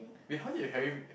we heard it at Harry week right